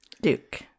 Duke